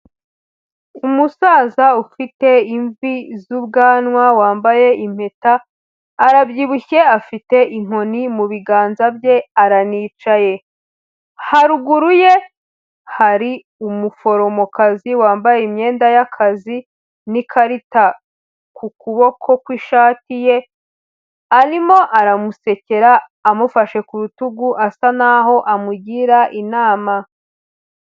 Umusaza ufite imvi z'ubwanwa wambaye impeta, arabyibushye afite inkoni mu biganza bye aranicaye. Haruguru ye, hari umuforomokazi wambaye imyenda y'akazi n'ikarita ku kuboko ku ishati ye, arimo aramusekera amufashe ku rutugu asa naho amugira inama.